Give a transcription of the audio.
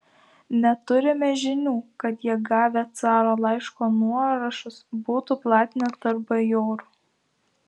neturime žinių kad jie gavę caro laiško nuorašus būtų platinę tarp bajorų